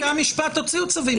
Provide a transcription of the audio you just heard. בתי המשפט הוציאו צווים.